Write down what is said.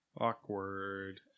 Awkward